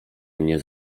mnie